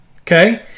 Okay